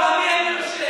בתוך עמי אני יושב,